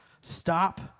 Stop